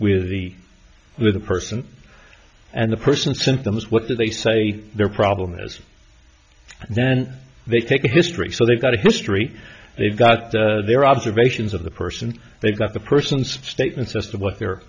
with the with the person and the person symptoms what they say their problem is then they take a history so they've got a history they've got their observations of the person they've got the person's statements as to what their